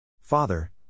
Father